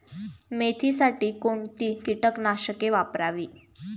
मेथीसाठी कोणती कीटकनाशके वापरावी?